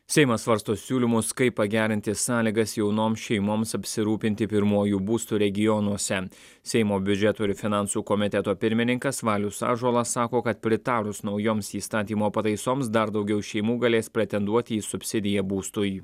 seimas svarsto siūlymus kaip pagerinti sąlygas jaunoms šeimoms apsirūpinti pirmuoju būstu regionuose seimo biudžeto ir finansų komiteto pirmininkas valius ąžuolas sako kad pritarus naujoms įstatymo pataisoms dar daugiau šeimų galės pretenduoti į subsidiją būstui